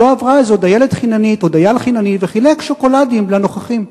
שלא עברו איזו דיילת חיננית או דייל חינני וחילקו שוקולדים לנוכחים.